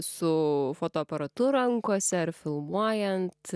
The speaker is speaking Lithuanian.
su fotoaparatu rankose ar filmuojant